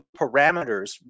parameters